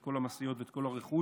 את כל המשאיות ואת כל הרכוש.